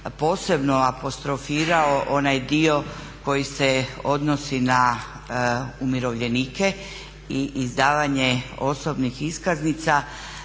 posebno apostrofirao onaj dio koji se odnosi na umirovljenike i izdavanje osobnih iskaznica